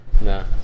No